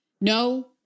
No